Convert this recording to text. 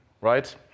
right